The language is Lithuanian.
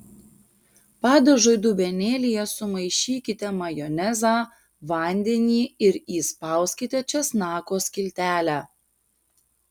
padažui dubenėlyje sumaišykite majonezą vandenį ir įspauskite česnako skiltelę